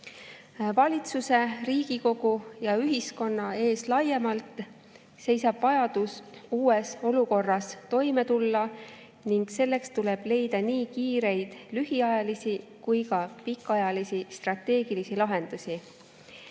Valitsuse, Riigikogu ja ühiskonna ees laiemalt seisab vajadus uues olukorras toime tulla ning selleks tuleb leida nii kiireid lühiajalisi kui ka pikaajalisi strateegilisi lahendusi. Esimene